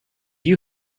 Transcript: you